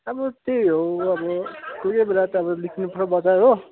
अब त्यही हो अब कोही कोही बेला त अब निस्किनु पर्छ बजार हो